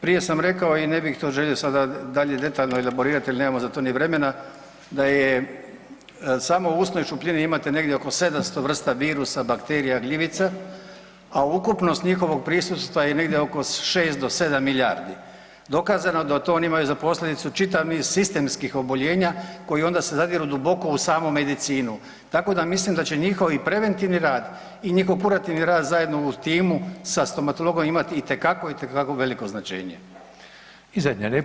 Prije sam rekao i ne bih to želio sada dalje detaljno elaborirati jer nemamo za to ni vremena da je samo u usnoj šupljini imate negdje oko 700 vrsta virusa, bakterija, gljivica, a ukupnost njihovog prisustva je negdje 6 do 7 milijardi, dokazano je da oni to imaju za posljedicu čitav niz sistemskih oboljenja koji onda se zadiru duboko u samu medicinu, tako da mislim da će njihov i preventivni rad i njihov purgativni rad zajedno u timu sa stomatologom imati itekako, itekako veliko značenje.